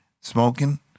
smoking